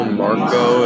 marco